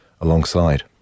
alongside